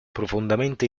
profondamente